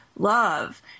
Love